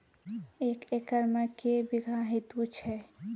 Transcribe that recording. एक एकरऽ मे के बीघा हेतु छै?